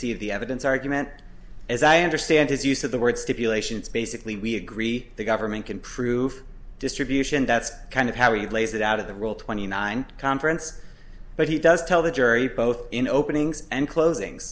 of the evidence argument as i understand his use of the word stipulation it's basically we agree the government can prove distribution that's kind of how he lays it out of the rule twenty nine conference but he does tell the jury both in openings and closing